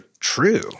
true